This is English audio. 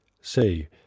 say